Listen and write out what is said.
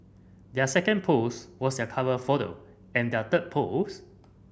their second post was their cover photo and their third post